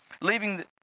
leaving